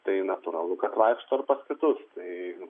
tai natūralu kad vaikšto ir pas kitus tai